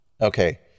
Okay